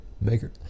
Maker